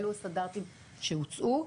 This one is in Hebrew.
אלו הסטנדרטים שהוצעו.